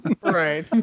Right